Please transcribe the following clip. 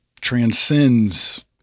transcends